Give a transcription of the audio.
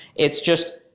it's just,